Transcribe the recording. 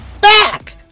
back